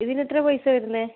ഇതിന് എത്ര പൈസ വരുന്നത്